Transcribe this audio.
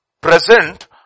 present